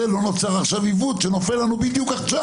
לא נוצר עיוות שנופל לנו בדיוק עכשיו.